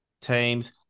teams